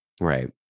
right